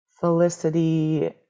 felicity